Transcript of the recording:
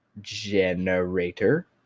generator